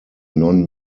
non